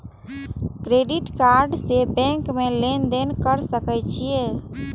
Credit card से bank में लेन देन कर सके छीये?